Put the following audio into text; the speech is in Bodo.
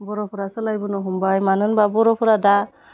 बर'फ्रा सोलायबोनो हमबाय मानो होनबा बर'फोरा दा